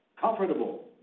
comfortable